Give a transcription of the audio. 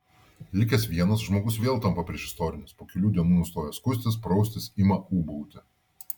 likęs vienas žmogus vėl tampa priešistorinis po kelių dienų nustoja skustis praustis ima ūbauti